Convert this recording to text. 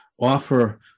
offer